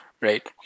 right